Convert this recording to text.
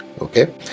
okay